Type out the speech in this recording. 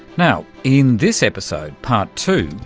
now, in this episode, part two,